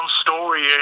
story